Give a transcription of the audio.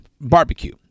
Barbecue